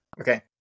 Okay